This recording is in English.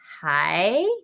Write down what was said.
Hi